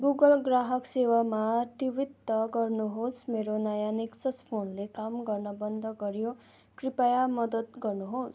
Google ग्राहक सेवामा tweet गर्नुहोस् मेरो नयाँ नेक्सस फोनले काम गर्न बन्द गऱ्यो कृपया मदद गर्नुहोस्